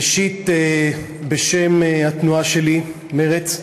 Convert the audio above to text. הראשונה שבהם מטעם סיעת מרצ: